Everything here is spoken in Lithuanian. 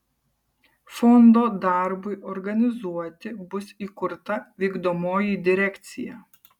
fondo darbui organizuoti bus įkurta vykdomoji direkcija